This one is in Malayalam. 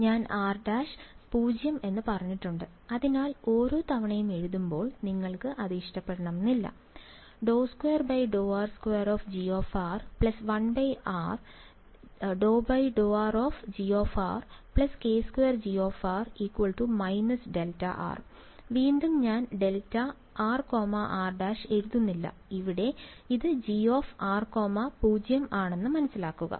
വിദ്യാർത്ഥി ഞാൻ r′ 0 എന്ന് പറഞ്ഞിട്ടുണ്ട് അതിനാൽ ഓരോ തവണയും എഴുതുമ്പോൾ നിങ്ങൾക്ക് ദേഷ്യം വരും വീണ്ടും ഞാൻ δrr ′ എഴുതുന്നില്ല ഇവിടെ ഇത് Gr0 ആണെന്ന് മനസ്സിലാക്കുന്നു